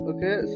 Okay